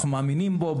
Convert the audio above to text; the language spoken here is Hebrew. אנחנו מאמינים בו,